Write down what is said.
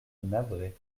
navré